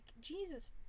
Jesus